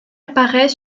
apparaît